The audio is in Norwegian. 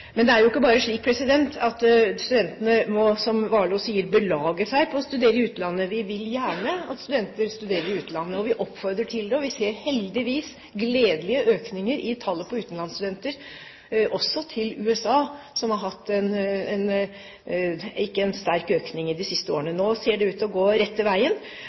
Men det er jo ikke bare slik som Warloe sier, at studentene «må belage seg på» å studere i utlandet. Vi vil gjerne at studenter studerer i utlandet. Vi oppfordrer til det, og vi ser heldigvis gledelige økninger i tallet på utenlandsstudenter, også til USA, som ikke har hatt noen sterk økning de siste årene. Nå ser det ut til å gå rette veien.